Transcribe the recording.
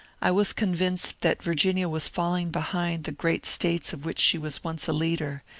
i was con vinced that virginia was falling behind the great states of which she was once leader,